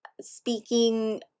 speaking